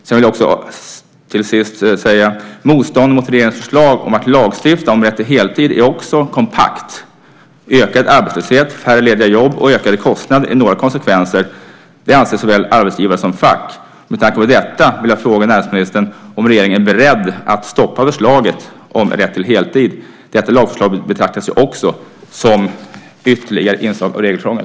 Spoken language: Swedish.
Jag vill till sist säga att motståndet mot regeringens förslag om att lagstifta om rätt till heltid också är kompakt. Ökad arbetslöshet, färre lediga jobb och ökade kostnader är några konsekvenser. Det anser såväl arbetsgivare som fack. Med tanke på detta vill jag fråga näringsministern om regeringen är beredd att stoppa förslaget om rätt till heltid. Detta lagförslag betraktas också som ytterligare ett inslag av regelkrångel.